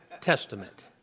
Testament